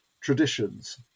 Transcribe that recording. traditions